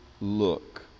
look